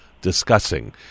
discussing